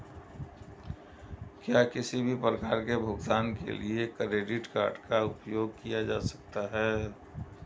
क्या किसी भी प्रकार के भुगतान के लिए क्रेडिट कार्ड का उपयोग किया जा सकता है?